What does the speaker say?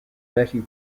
betty